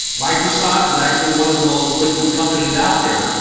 microsoft is actually one of the most liquid companies out there.